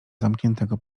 zamkniętego